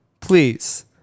Please